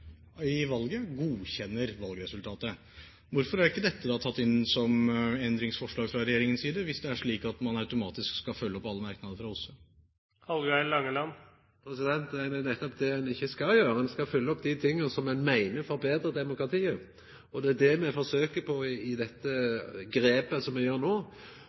i valget, godkjenner valgresultatet. Hvorfor er ikke dette tatt inn som endringsforslag fra regjeringens side hvis det er slik at man automatisk skal følge opp alle merknader fra OSSE? Det er nettopp det ein ikkje skal gjera. Ein skal følgja opp dei tinga som ein meiner betrar demokratiet. Det er det me forsøkjer på med dette grepet ein tek no. Eg meiner at både Framstegspartiet, Høgre og andre som